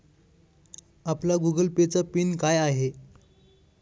आपला Google Pay चा PIN काय आहे?